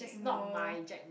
he's not my jack